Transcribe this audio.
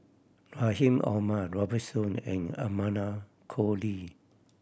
Rahim Omar Robert Soon and Amanda Koe Lee